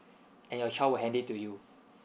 and your child will hand it to you